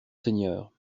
seigneur